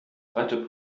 zweite